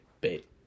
bait